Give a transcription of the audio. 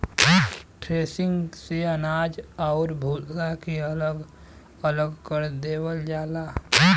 threshing से अनाज आउर भूसा के अलग अलग कर देवल जाला